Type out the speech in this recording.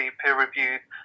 peer-reviewed